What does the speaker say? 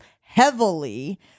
heavily